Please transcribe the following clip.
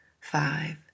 five